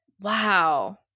wow